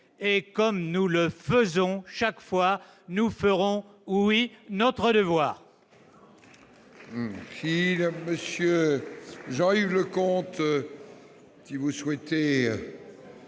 Comme nous le faisons chaque fois, nous ferons notre devoir